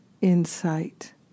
insight